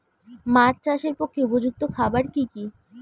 মাছ চাষের পক্ষে উপযুক্ত খাবার কি কি?